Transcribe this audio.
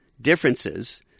differences